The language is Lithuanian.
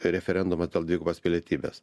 referendumas dėl dvigubos pilietybės